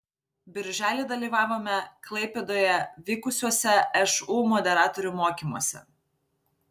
birželį dalyvavome klaipėdoje vykusiuose šu moderatorių mokymuose